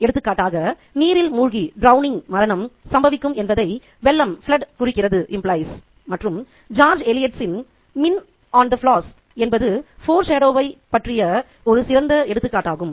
எடுத்துக்காட்டாக நீரில் மூழ்கி மரணம் சம்பவிக்கும் என்பதை வெள்ளம் குறிக்கிறது மற்றும் ஜார்ஜ் எலியட்டின்George Eliot's 'Mill on the Floss on the Floss' என்பது ஃபோர் ஷாடோ வை பற்றி ஒரு சிறந்த எடுத்துக்காட்டாகும்